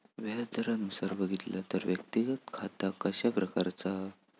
व्याज दरानुसार बघितला तर व्यक्तिगत खाता कशा प्रकारचा हा?